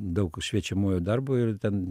daug šviečiamojo darbo ir ten